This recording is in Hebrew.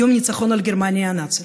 יום הניצחון על גרמניה הנאצית.